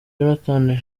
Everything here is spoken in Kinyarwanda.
jonathan